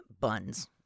buns